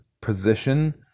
position